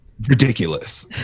ridiculous